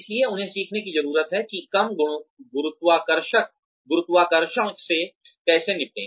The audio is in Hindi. इसलिए उन्हें सीखने की जरूरत है कि कम गुरुत्वाकर्षण से कैसे निपटें